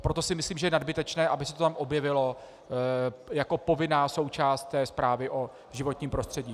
Proto si myslím, že je nadbytečné, aby se to tam objevilo jako povinná součást zprávy o životním prostředí.